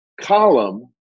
column